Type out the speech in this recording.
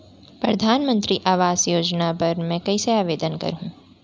परधानमंतरी आवास योजना बर मैं कइसे आवेदन करहूँ?